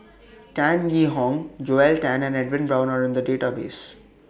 Tan Yee Hong Joel Tan and Edwin Brown Are in The Database